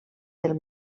del